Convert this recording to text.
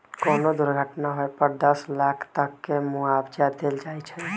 कोनो दुर्घटना होए पर दस लाख तक के मुआवजा देल जाई छई